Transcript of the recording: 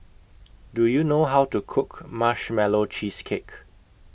Do YOU know How to Cook Marshmallow Cheesecake